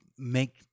make